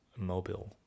mobile